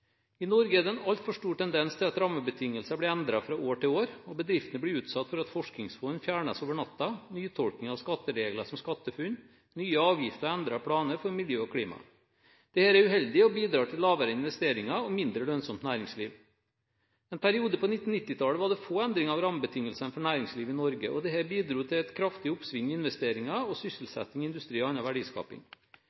I Norge er det en altfor stor tendens til at rammebetingelser blir endret fra år til år. Bedriftene blir utsatt for at forskningsfond fjernes over natten, nytolking av skatteregler som SkatteFUNN, nye avgifter og endrede planer for miljø og klima. Dette er uheldig og bidrar til lavere investeringer og mindre lønnsomt næringsliv. I en periode på 1990-tallet var det få endringer av rammebetingelsene for næringslivet i Norge. Det bidro til et kraftig oppsving i investeringer og